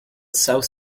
south